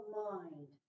mind